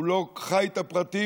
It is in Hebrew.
הוא לא חי את הפרטים,